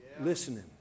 listening